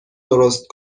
درست